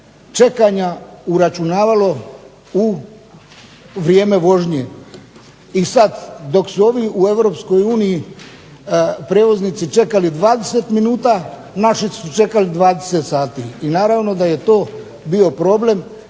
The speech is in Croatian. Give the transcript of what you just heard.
čekanja uračunavalo u vrijeme vožnje. I sada dok su ovi u EU prijevoznici čekali 20 minuta, naši su čekali 20 sati. I naravno da je to bio problem,